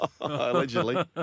Allegedly